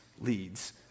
leads